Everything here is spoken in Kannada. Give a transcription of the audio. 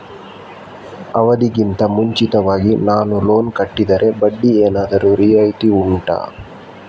ಅವಧಿ ಗಿಂತ ಮುಂಚಿತವಾಗಿ ನಾನು ಲೋನ್ ಕಟ್ಟಿದರೆ ಬಡ್ಡಿ ಏನಾದರೂ ರಿಯಾಯಿತಿ ಉಂಟಾ